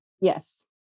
Yes